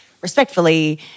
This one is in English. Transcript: respectfully